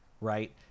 right